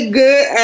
good